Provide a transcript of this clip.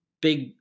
big